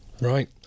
Right